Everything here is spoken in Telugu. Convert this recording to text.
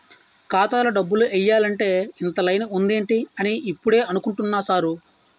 ఖాతాలో డబ్బులు ఎయ్యాలంటే ఇంత లైను ఉందేటి అని ఇప్పుడే అనుకుంటున్నా సారు